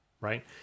right